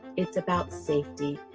it's about safety.